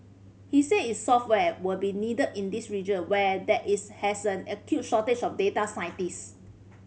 he said its software will be needed in this region where there is has an acute shortage of data scientist